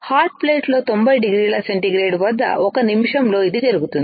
hot ప్లేట్లో 90 డిగ్రీల centigrade వద్ద ఒక నిమిషం లో ఇది జరుగుతుంది